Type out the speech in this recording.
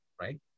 right